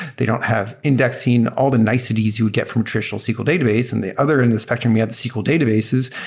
they don't have indexing. all the niceties you would get from traditional sql database. and the other end of the spectrum, we had the sql databases,